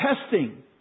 testing